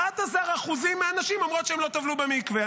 11% מהנשים אומרות שהן לא טבלו במקווה.